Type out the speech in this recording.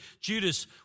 Judas